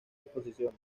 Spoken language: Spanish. exposiciones